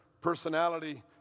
personality